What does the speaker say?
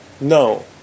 no